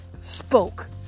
spoke